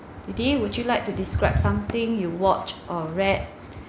dear would you like to describe something you watch or read